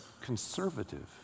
conservative